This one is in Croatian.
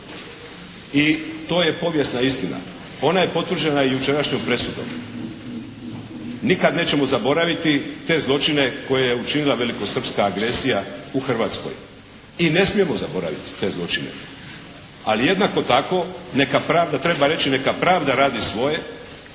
i to je povijesna istina. Ona je i potvrđena jučerašnjom presudom. Nikad nećemo zaboraviti te zločine koje je učinila velikosrpska agresija u Hrvatskoj i ne smijemo zaboraviti te zločine. Ali jednako tako neka pravda, treba reći neka pravda radi svoje